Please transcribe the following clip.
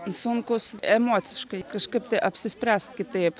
sunkūs emociškai kažkaip tai apsispręst kitaip